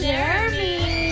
Jeremy